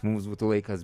mums būtų laikas